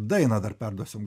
dainą dar perduosim